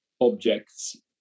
objects